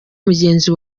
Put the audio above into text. mugenzi